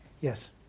Yes